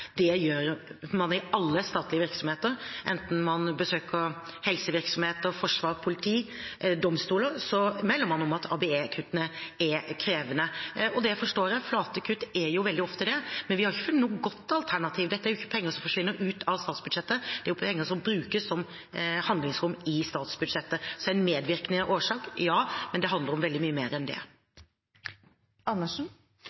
Det gjør man i alle statlige virksomheter. Enten man besøker helsevirksomheter, forsvar, politi, domstoler, så meldes det om at ABE-kuttene er krevende. Det forstår jeg, for flate kutt er jo veldig ofte det, men vi har ikke funnet noe godt alternativ. Dette er jo ikke penger som forsvinner ut av statsbudsjettet; dette er penger som brukes som handlingsrom i statsbudsjettet. Så ja, det er en medvirkende årsak, men det handler om veldig mye mer enn